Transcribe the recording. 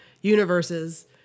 universes